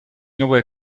новое